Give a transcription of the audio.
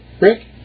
Rick